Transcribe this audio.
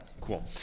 Cool